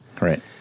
Right